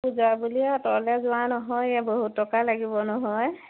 পূজা বুলিয়ে আঁতৰলৈ যোৱা নহয় এই বহুত টকা লাগিব নহয়